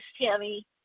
Tammy